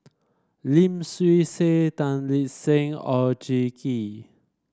Lim Swee Say Tan Lip Seng Oon Jin Gee